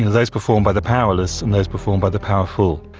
those performed by the powerless and those performed by the powerful.